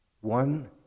One